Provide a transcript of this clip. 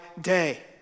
day